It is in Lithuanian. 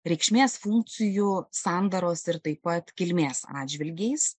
reikšmės funkcijų sandaros ir taip pat kilmės atžvilgiais